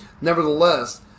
nevertheless